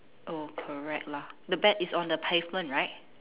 oh correct lah the ba~ is on the pavement right